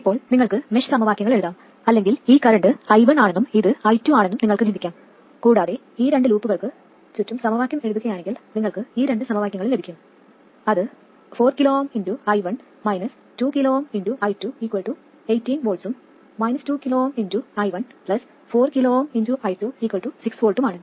ഇപ്പോൾ നിങ്ങൾക്ക് മെഷ് സമവാക്യങ്ങൾ എഴുതാം അല്ലെങ്കിൽ ഈ കറന്റ് i1 ആണെന്നും ഇത് i2 ആണെന്നും നിങ്ങൾക്ക് ചിന്തിക്കാം കൂടാതെ ഈ രണ്ട് ലൂപ്പുകൾക്ക് ചുറ്റും സമവാക്യം എഴുതുകയാണെങ്കിൽ നിങ്ങൾക്ക് ഈ രണ്ട് സമവാക്യങ്ങളും ലഭിക്കും അത് 4 kΩi1 2 kΩi2 18 Vഉം 2 kΩi1 4 kΩi2 6 Vഉം ആണ്